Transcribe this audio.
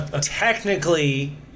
technically